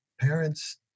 parents